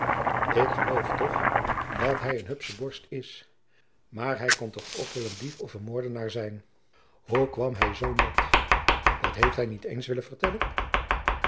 ik loof toch dat hum een hupsche borst is maôr hum kon toch ook wel een dief of een morder zijn hoe kwam hum zoo nat dat heit hum niet iens willen vertellen